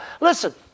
Listen